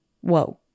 Whoa